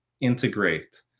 integrate